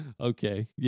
Okay